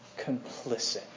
complicit